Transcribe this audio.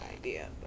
idea